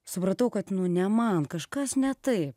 supratau kad ne man kažkas ne tai